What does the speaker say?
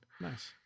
Nice